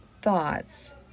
thoughts